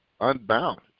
unbalanced